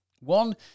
One